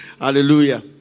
Hallelujah